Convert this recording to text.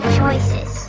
choices